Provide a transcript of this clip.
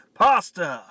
pasta